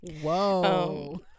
Whoa